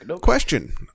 Question